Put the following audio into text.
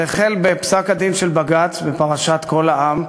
זה החל בפסק-הדין של בג"ץ בפרשת "קול העם",